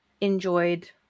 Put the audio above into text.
enjoyed